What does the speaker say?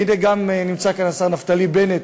הנה גם נמצא כאן השר נפתלי בנט,